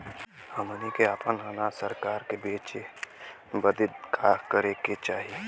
हमनी के आपन अनाज सरकार के बेचे बदे का करे के चाही?